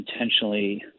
intentionally